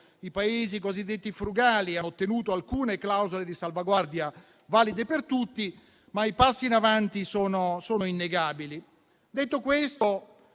i Paesi cosiddetti frugali hanno ottenuto alcune clausole di salvaguardia valide per tutti, ma i passi in avanti sono innegabili. Detto questo,